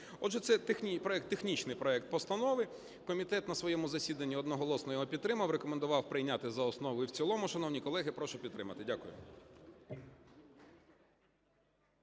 Отже, це технічний проект постанови. Комітет на своєму засіданні одноголосно його підтримав, рекомендував прийняти за основу і в цілому. Шановні колеги, прошу підтримати. Дякую.